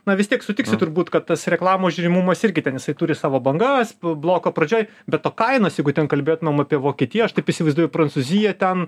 na vis tiek sutiksi turbūt kad tas reklamos žiūrimumas irgi ten jisai turi savo bangas bloko pradžioj be to kainos jeigu ten kalbėtumėm apie vokietiją aš taip įsivaizduoju prancūziją ten